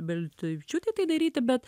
beltavičiūtei tai daryti bet